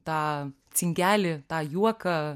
tą cinkelį tą juoką